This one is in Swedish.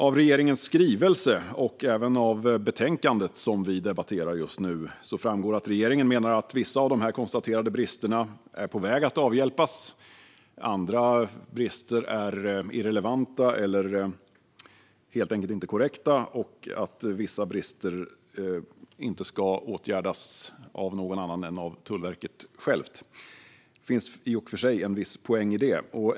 Av regeringens skrivelse och även av det betänkande vi just nu debatterar framgår att regeringen menar att vissa av de konstaterade bristerna är på väg att avhjälpas, att andra brister är irrelevanta eller helt enkelt inte korrekta och att vissa brister inte ska åtgärdas av någon annan än Tullverket självt. Det finns en viss poäng i detta.